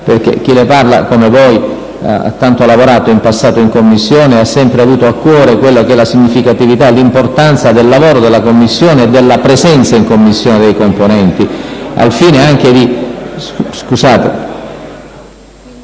perché chi le parla, come voi, ha tanto lavorato in Commissione e ha sempre avuto a cuore la significatività e l'importanza del lavoro in quella sede e della presenza in Commissione dei componenti.